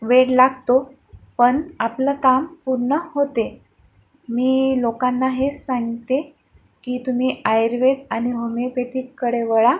वेळ लागतो पण आपलं काम पूर्ण होते मी लोकांना हेच सांगते की तुम्ही आयुर्वेद आणि होमिओपॅथीकडे वळा